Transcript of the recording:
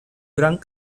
gran